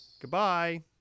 goodbye